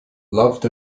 loved